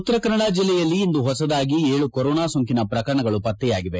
ಉತ್ತರ ಕನ್ನಡ ಜಿಲ್ಲೆಯಲ್ಲಿ ಇಂದು ಹೊಸದಾಗಿ ಏಳು ಕೊರೋನಾ ಸೋಂಕಿನ ಪ್ರಕರಣ ಪತ್ತೆಯಾಗಿವೆ